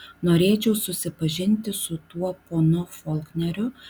norėčiau susipažinti su tuo ponu folkneriu